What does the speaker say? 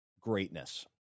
greatness